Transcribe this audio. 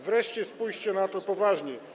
Wreszcie spójrzcie na to poważnie.